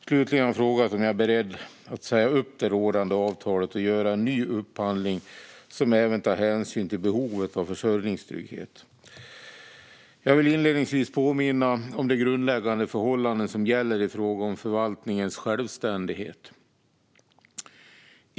Slutligen har han frågat om jag är beredd att säga upp det rådande avtalet och göra en ny upphandling som även tar hänsyn till behovet av försörjningstrygghet. Jag vill inledningsvis påminna om de grundläggande förhållanden som gäller i fråga om förvaltningens självständighet.